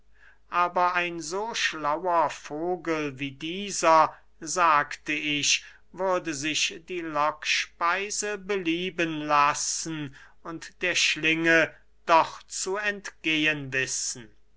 aber ein so schlauer vogel wie dieser sagte ich würde sich die lockspeise belieben lassen und der schlinge doch zu entgehen wissen